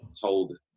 told